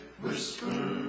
Whisper